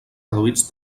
reduïts